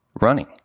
running